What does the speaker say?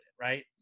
right